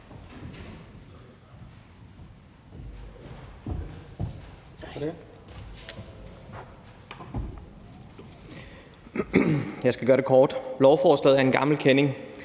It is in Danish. Jeg skal gøre det kort. Lovforslaget er en gammel kending.